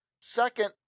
Second